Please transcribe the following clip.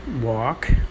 walk